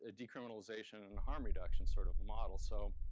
ah decriminalization and harm reduction sort of model. so